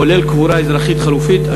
כולל קבורה אזרחית חלופית,